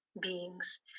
beings